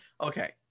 Okay